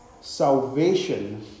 salvation